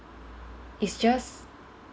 it's just